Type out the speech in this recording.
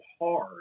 hard